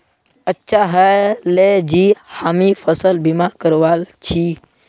अच्छा ह ले जे हामी फसल बीमा करवाल छि